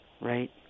Right